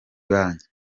banki